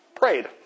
prayed